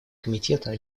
комитета